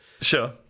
Sure